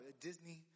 disney